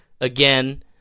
again